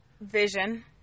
Vision